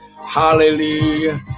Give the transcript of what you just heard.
Hallelujah